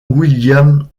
william